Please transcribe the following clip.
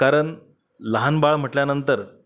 कारण लहान बाळ म्हटल्यानंतर